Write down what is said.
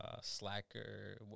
Slacker